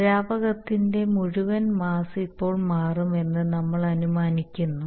ദ്രാവകത്തിന്റെ മുഴുവൻ മാസ് എപ്പോൾ മാറുമെന്ന് നമ്മൾ അനുമാനിക്കുന്നു